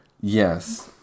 Yes